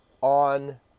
on